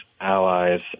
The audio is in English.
allies